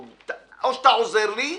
או אתה עוזר לי,